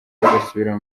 bagasubira